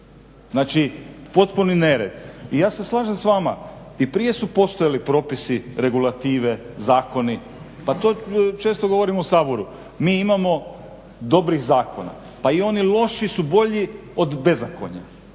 znači potpuni nered. Ja se slažem s vama i prije su postojali propisi, regulative, zakoni pa to često govorimo u Saboru. Mi imamo dobrih zakona, pa i oni loši su bolji od bezakonja,